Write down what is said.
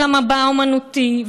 של המבע האומנותי.